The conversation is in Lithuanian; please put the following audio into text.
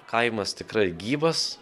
kaimas tikrai gyvas